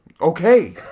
Okay